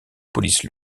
police